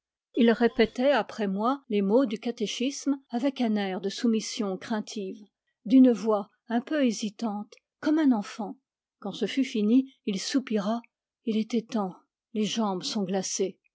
il répétait après moi les mots du catéchisme avec un air de soumission craintive d'une voix un peu hésitante comme un enfant quand ce fut fini il soupira il était temps les jambes sont glacées